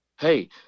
Hey